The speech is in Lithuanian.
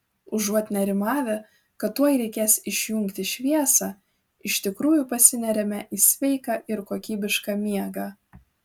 užuot nerimavę kad tuoj reikės išjungti šviesą iš tikrųjų pasineriame į sveiką ir kokybišką miegą